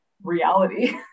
reality